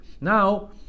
Now